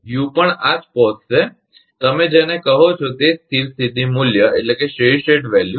you પણ આ જ પહોંચશે તમે જેને કહો છો તે જ સ્થિર સ્થિતી મૂલ્ય